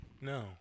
No